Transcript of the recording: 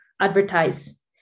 advertise